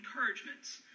encouragements